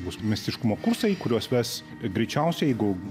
bus meistriškumo kursai kuriuos ves greičiausiai jeigu